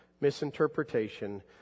misinterpretation